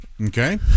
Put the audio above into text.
Okay